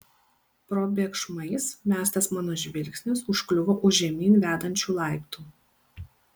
probėgšmais mestas mano žvilgsnis užkliuvo už žemyn vedančių laiptų